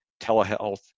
telehealth